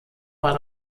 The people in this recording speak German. war